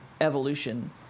evolution